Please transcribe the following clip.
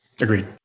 Agreed